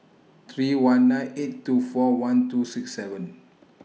three one nine eight two four one two six seven